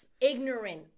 ignorant